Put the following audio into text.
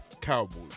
Cowboys